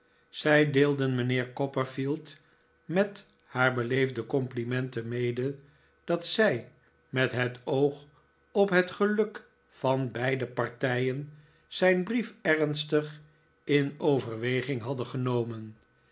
zij deelden mijnheer copperfield met haar beleefde complimenten mede dat zij met het oog op het geluk van beide partijen zijn brief ernstig in overweging hadden genomen